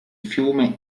fiume